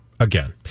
Again